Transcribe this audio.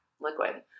liquid